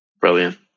Brilliant